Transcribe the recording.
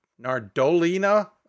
Nardolina